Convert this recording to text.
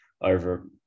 over